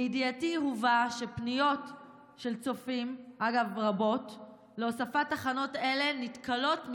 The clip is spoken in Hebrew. הובא לידיעתי שפניות רבות של צופים להוספת תחנות אלה נתקלות,